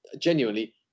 genuinely